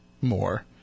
more